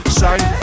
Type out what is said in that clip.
shine